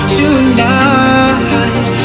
tonight